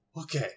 Okay